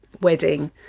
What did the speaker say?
wedding